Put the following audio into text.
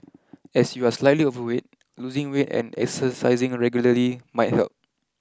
as you are slightly overweight losing weight and exercising regularly might help